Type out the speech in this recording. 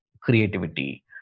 creativity